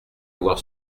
avoir